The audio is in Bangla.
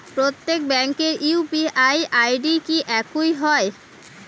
প্রত্যেক ব্যাংকের ইউ.পি.আই আই.ডি কি একই হয়?